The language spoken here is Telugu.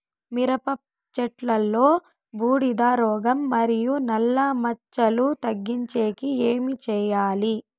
మిరప చెట్టులో బూడిద రోగం మరియు నల్ల మచ్చలు తగ్గించేకి ఏమి చేయాలి?